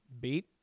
beat